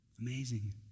Amazing